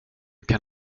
kan